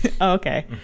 Okay